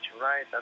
right